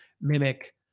mimic